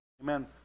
Amen